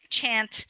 chant